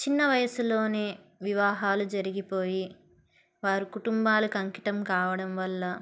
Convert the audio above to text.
చిన్న వయసులోనే వివాహాలు జరిగిపోయి వారు కుటుంబాలకి అంకితం కావడం వల్ల